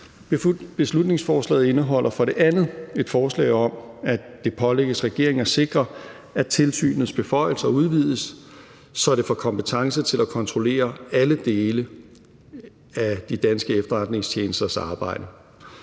Beslutningsforslaget indeholder for det andet et forslag om, at det pålægges regeringen at sikre, at tilsynets beføjelser udvides, så det får kompetence til at kontrollere alle dele af de danske efterretningstjenesternes arbejde.